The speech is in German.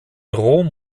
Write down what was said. rom